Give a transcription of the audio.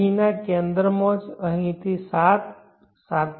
અહીંના કેન્દ્રમાં જ અહીંથી77